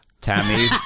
Tammy